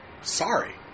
Sorry